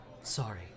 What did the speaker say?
sorry